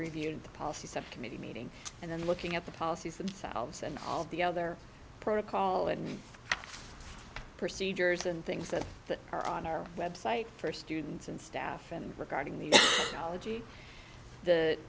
reviewed the policy said committee meeting and then looking at the policies themselves and all the other protocol and procedures and things that are on our website for students and staff and regarding the ology the